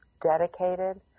dedicated